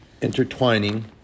Intertwining